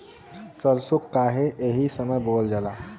सरसो काहे एही समय बोवल जाला?